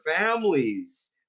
families